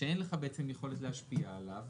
וזה הייעוץ המשפטי שלי לוועדה,